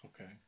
Okay